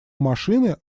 машины